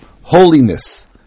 holiness